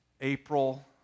April